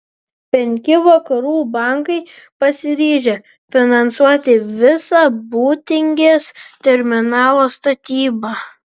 penki vakarų bankai pasiryžę finansuoti visą būtingės terminalo statybą